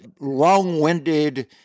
long-winded